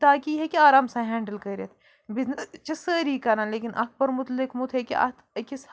تاکہِ یہِ ہیٚکہِ آرام سان ہٮ۪نٛڈٕل کٔرِتھ چھِ سٲری کَران لیکِن اَکھ پوٚرمُت لیوٚکھمُت ہیٚکہِ اَتھ أکِس